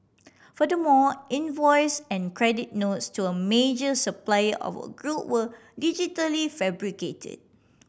furthermore invoice and credit notes to a major supplier of a group were digitally fabricated